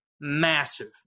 massive